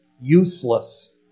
useless